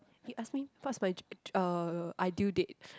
you ask me what's my uh ideal date